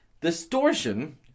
Distortion